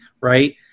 right